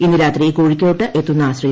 ഇന്ന് രാത്രി കോഴിക്കോട്ടെത്തുന്ന ശ്രീ